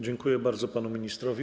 Dziękuję bardzo panu ministrowi.